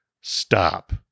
stop